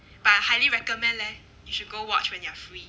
but I highly recommend leh you should go watch when you are free